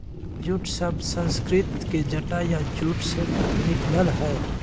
jute शब्द संस्कृत के जटा या जूट से निकलल हइ